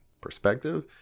perspective